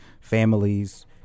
families